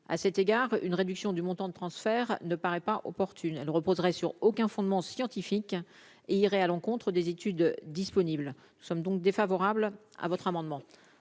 à cet égard une réduction du montant de transfert ne paraît pas opportune elle reposerait sur aucun fondement scientifique et irait à l'encontre des études disponibles, nous sommes donc défavorable à votre amendement